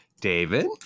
David